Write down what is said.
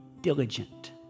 diligent